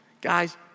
Guys